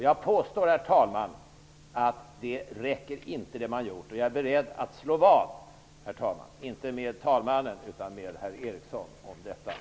Jag påstår, herr talman, att det man har gjort inte räcker. Herr talman! Jag är beredd att slå vad om detta, inte med talmannen utan med herr Eriksson.